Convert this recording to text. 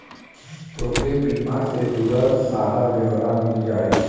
तोके बीमा से जुड़ल सारा ब्योरा मिल जाई